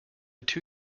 two